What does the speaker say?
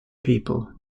people